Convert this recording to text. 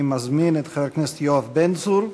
אני מזמין את חבר הכנסת יואב בן צור.